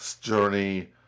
journey